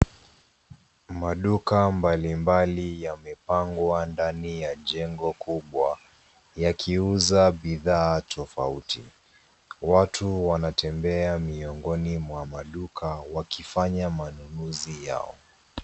Maduka mbalimbali yamepangwa ndani ya jengo kubwa, yakiuza bidhaa tofauti. Watu wanatembea miongoni mwa maduka wakifanya manunuzi yao.